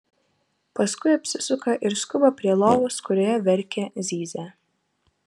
paskui apsisuka ir skuba prie lovos kurioje verkia zyzia